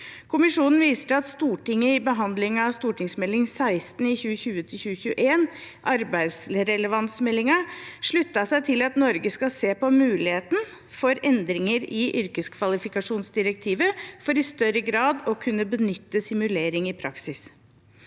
Kommisjonen viser til at Stortinget i behandlingen av St.meld. 16 for 2020–2021, arbeidsrelevansmeldingen, sluttet seg til at Norge skal se på muligheten for endringer i yrkeskvalifikasjonsdirektivet for i større grad å kunne benytte simulering i praksis.